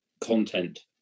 content